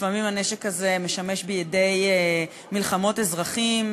לפעמים הנשק הזה משמש במלחמות אזרחים,